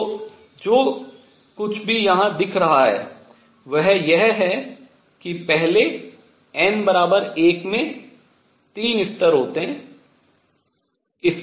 तो जो कुछ यहाँ दिख रहा है वह यह है कि पहले n1 में 3 स्तर होते हैं